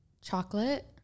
Chocolate